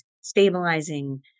stabilizing